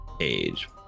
age